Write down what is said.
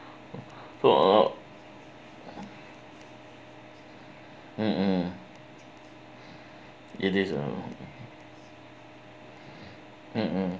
so a lot mmhmm is it uh mmhmm